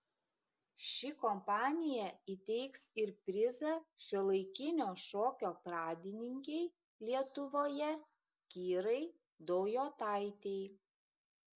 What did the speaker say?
ši kompanija įteiks ir prizą šiuolaikinio šokio pradininkei lietuvoje kirai daujotaitei